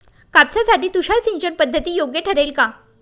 कापसासाठी तुषार सिंचनपद्धती योग्य ठरेल का?